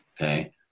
okay